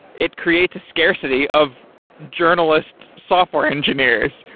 it creates scarcity of journalist software engineers,